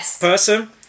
person